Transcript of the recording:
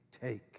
take